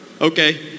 Okay